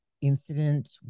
incident